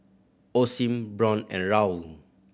Osim Braun and Raoul